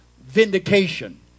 vindication